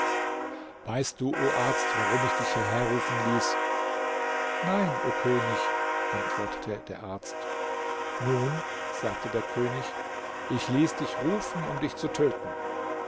weißt du o arzt warum ich dich hierher rufen ließ nein o könig antwortete der arzt nun sagte der könig ich ließ dich rufen um dich zu töten